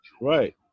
Right